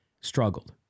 struggled